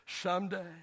someday